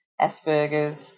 Asperger's